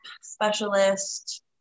specialist